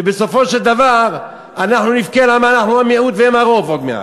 ובסופו של דבר אנחנו נבכה למה אנחנו המיעוט והם הרוב עוד מעט.